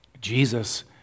Jesus